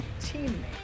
teammate